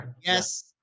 yes